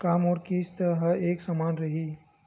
का मोर किस्त ह एक समान रही?